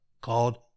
called